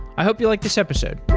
i hope you like this episode.